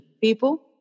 people